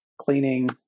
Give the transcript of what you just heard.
cleaning